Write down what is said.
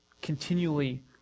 Continually